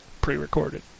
pre-recorded